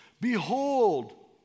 Behold